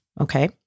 Okay